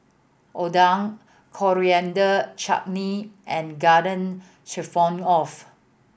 Oden Coriander Chutney and Garden Stroganoff